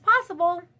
possible